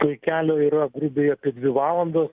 tai kelio yra grubiai apie dvi valandas